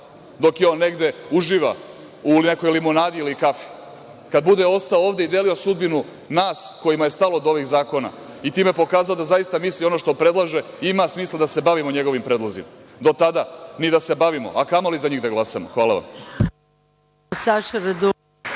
dok on negde uživa u nekoj limunadi ili kafi, kada bude ostao ovde i delio sudbinu nas kojima je stalo do ovih zakona i time pokazao da zaista misli ono što predlaže, ima smisla da se bavimo njegovim predlozima. Do tada ni da se bavimo, a kamoli za njih da glasamo. Hvala.